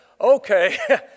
okay